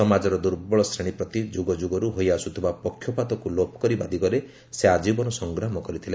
ସମାଜର ଦୁର୍ବଳ ଶ୍ରେଣୀ ପ୍ରତି ଯୁଗଯୁଗରୁ ହୋଇଆସୁଥିବା ପକ୍ଷପାତକୁ ଲୋପ କରିବା ଦିଗରେ ସେ ଆଜୀବନ ସଂଗ୍ରାମ କରିଥିଲେ